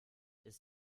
ist